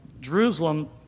Jerusalem